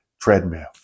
treadmill